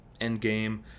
Endgame